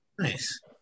Nice